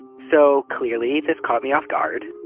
so, clearly, this caught me off guard.